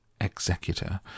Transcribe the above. executor